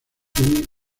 tiene